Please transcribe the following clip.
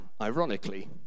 ironically